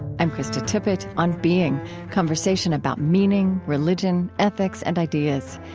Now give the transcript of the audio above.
i'm krista tippett, on being conversation about meaning, religion, ethics, and ideas.